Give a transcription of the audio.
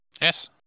Yes